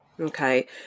Okay